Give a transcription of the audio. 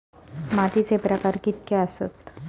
मातीचे प्रकार कितके आसत?